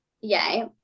Yay